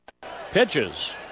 Pitches